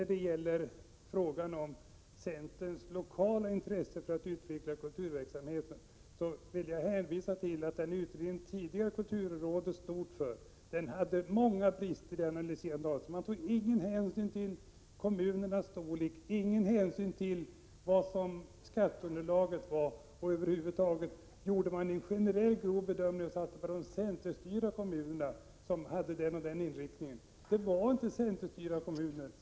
När det sedan gäller centerns intresse lokalt för att utveckla kulturverksamhet vill jag framhålla att den utredning som kulturrådet tidigare har gjort hade många brister. Där togs ingen hänsyn till kommunernas storlek eller till skatteunderlaget. Över huvud taget gjordes en generell och grov bedömning. Det anfördes att de centerstyrda kommunerna hade en viss inriktning, men det var inte centerstyrda kommuner.